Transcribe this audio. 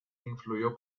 influyó